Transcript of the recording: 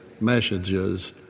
messages